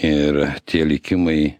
ir tie likimai